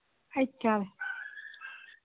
eight ꯀꯥꯔꯦ